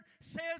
says